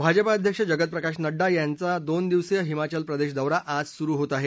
भाजपा अध्यक्ष जगत प्रकाश नड्डा यांचा दोन दिवसीय हिमाचलप्रदेश दौरा आज सुरु होत आहे